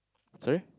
sorry